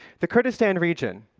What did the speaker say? the kurdistan region,